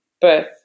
birth